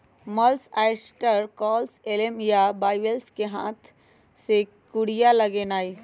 mussels, oysters, cockles, clams आ bivalves कें हाथ से कूरिया लगेनाइ